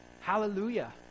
Hallelujah